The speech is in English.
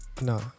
No